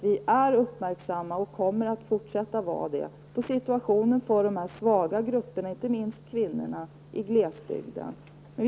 Vi är uppmärksamma och kommer att vara det på situationen för de svaga grupperna, inte minst kvinnorna i glesbygden.